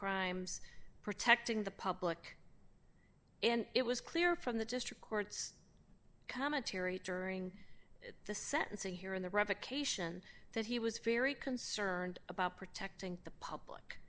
crimes protecting the public and it was clear from the district court's commentary during the sentencing hearing the revocation that he was very concerned about protecting the public